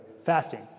Fasting